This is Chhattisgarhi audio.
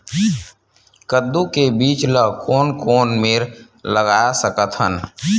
कददू के बीज ला कोन कोन मेर लगय सकथन?